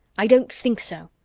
i don't think so.